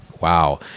wow